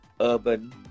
urban